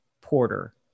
porter